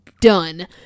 done